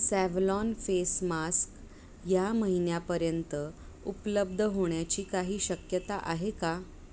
Savlon face mask या महिन्यापर्यंत उपलब्ध होण्याची काही शक्यता आहे का